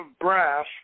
Brass